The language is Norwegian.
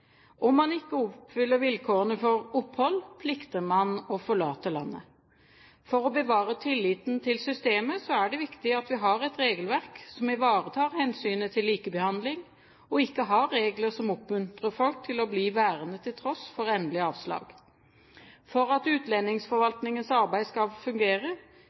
Om man ikke oppfyller vilkårene for opphold, plikter man å forlate landet. For å bevare tilliten til systemet er det viktig at vi har et regelverk som ivaretar hensynet til likebehandling, og ikke har regler som oppmuntrer folk til å bli værende til tross for endelig avslag. For at utlendingsforvaltningens arbeid skal fungere,